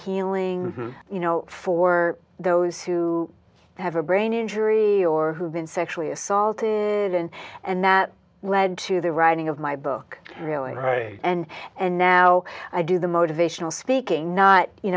healing you know for those who have a brain injury or who've been sexually assaulted good and and that led to the writing of my book really high end and now i do the motivational speaking not you